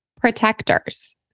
protectors